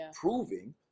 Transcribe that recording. Proving